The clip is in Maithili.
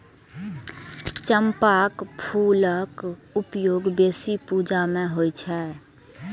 चंपाक फूलक उपयोग बेसी पूजा मे होइ छै